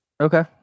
Okay